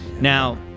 Now